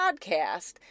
podcast